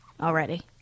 already